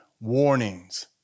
warnings